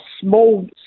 small